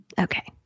Okay